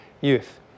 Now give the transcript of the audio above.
youth